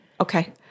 Okay